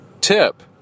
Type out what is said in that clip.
tip